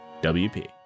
WP